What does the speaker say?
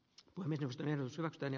tuhmedustajansa tänä